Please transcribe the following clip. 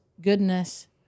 goodness